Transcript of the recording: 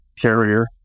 carrier